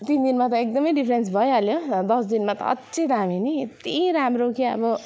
तिन दिनमा त एकदमै डिफरेन्स भइहाल्यो दस दिनमा त अझै दामी नि यत्ति राम्रो कि अब